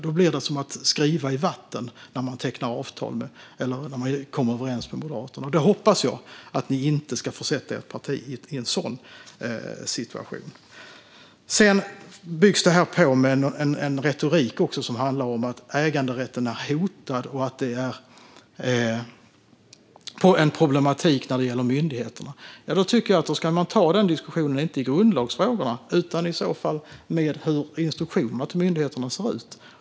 Då blir det som att skriva i vatten när man kommer överens med Moderaterna, och jag hoppas att ni inte ska försätta ert parti i en sådan situation. Detta byggs även på med en retorik som går ut på att äganderätten är hotad och att det är en problematik när det gäller myndigheterna. I så fall tycker jag att man ska ta den diskussionen inte i grundlagsfrågorna utan när det gäller instruktionerna till myndigheterna och hur de ser ut.